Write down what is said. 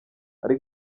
ari